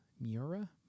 Miura